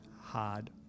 hard